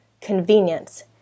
convenience